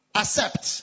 accept